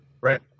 right